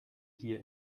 hier